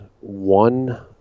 one